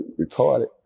retarded